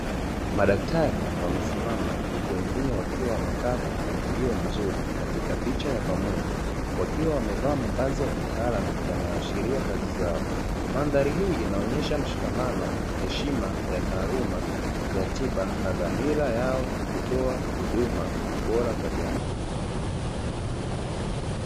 Madaktari wamesimama huku wengne wakiwa wamekaa kwa mpangilio mzuri katika picha ya pamoja wakiwa wamevaa mavazi ya kitaalamu, yanayoashiria kazi zao. Mandhari hii inaonyesha mshikamano, heshima ya taaluma ya tiba na dhamira yao kutoa huduma bora kwa jamii.